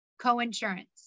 coinsurance